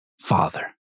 Father